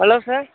hello sir